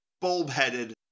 bulb-headed